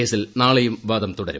കേസിൽ നാളെയും വാദം തുടരും